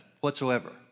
whatsoever